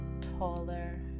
taller